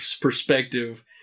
perspective